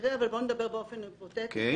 להתייחס ללקוח ספציפי,